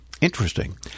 Interesting